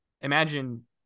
imagine